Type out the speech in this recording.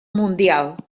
mundial